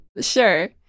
Sure